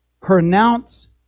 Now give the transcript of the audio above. pronounce